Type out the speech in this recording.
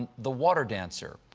and the water dancer.